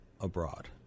abroad